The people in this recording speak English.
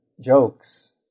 jokes